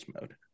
mode